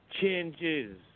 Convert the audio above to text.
changes